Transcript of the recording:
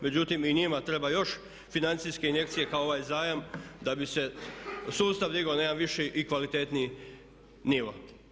Međutim i njima treba još financijske injekcije kao ovaj zajam da bi se sustav digao na jedan viši i kvalitetniji nivo.